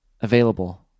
available